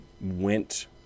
went